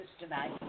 tonight